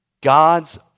God's